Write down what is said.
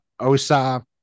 Osa